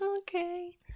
Okay